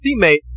teammate